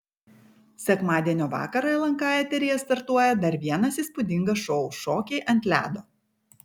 sekmadienio vakarą lnk eteryje startuoja dar vienas įspūdingas šou šokiai ant ledo